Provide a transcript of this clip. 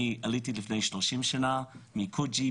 אני עליתי לפני 30 שנה מ-coogee,